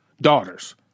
daughters